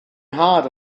nhad